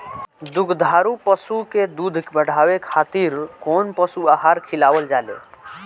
दुग्धारू पशु के दुध बढ़ावे खातिर कौन पशु आहार खिलावल जाले?